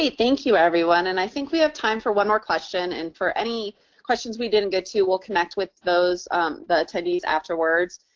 thank you, everyone. and i think we have time for one more question, and for any questions we didn't get to, we'll connect with those the attendees afterwards.